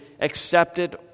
accepted